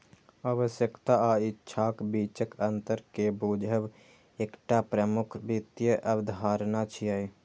आवश्यकता आ इच्छाक बीचक अंतर कें बूझब एकटा प्रमुख वित्तीय अवधारणा छियै